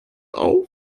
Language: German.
auf